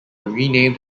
renamed